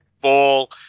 full